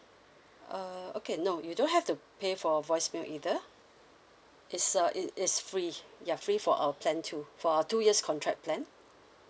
uh okay no you don't have to pay for voicemail either it's a it is free ya free for our plan too for our two years contract plan